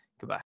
Goodbye